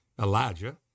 Elijah